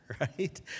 right